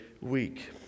week